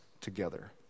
together